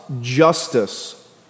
justice